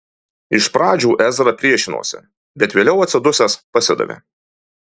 iš pradžių ezra priešinosi bet lėtai atsidusęs pasidavė